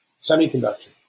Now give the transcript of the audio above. semiconductor